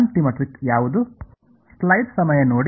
ಅಂತಿಮ ಟ್ರಿಕ್ ಯಾವುದು